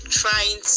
trying